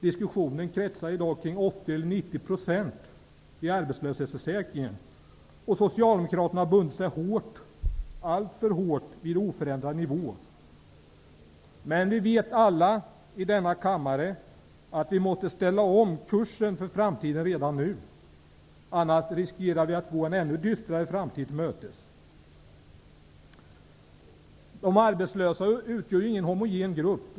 Diskussionen kretsar i dag kring huruvida arbetslöshetsförsäkringen skall ge 80 eller 90 % i ersättning vid arbetslöshet. Socialdemokraterna har bundit sig alltför hårt vid att nivån skall vara oförändrad. Vi vet alla i denna kammare att vi måste ställa om kursen för framtiden redan nu, annars riskerar vi att gå en ännu dystrare framtid till mötes. De arbetslösa utgör ingen homogen grupp.